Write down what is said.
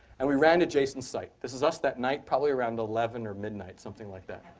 and we ran to jason's site. this is us that night, probably around eleven or midnight, something like that,